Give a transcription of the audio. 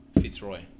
Fitzroy